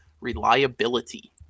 reliability